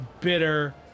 bitter